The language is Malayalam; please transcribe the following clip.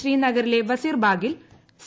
ശ്രീനഗറിലെ വസീർബഗിലെ സി